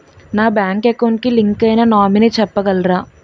నా bank account కి link అయినా నామినీ చెప్పగలరా?